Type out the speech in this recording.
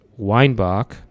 Weinbach